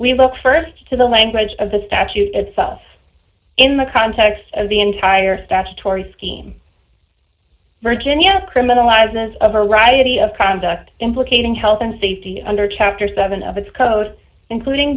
we look st to the language of the statute itself in the context of the entire statutory scheme virginia criminalizes of variety of conduct implicating health and safety under chapter seven of its coast including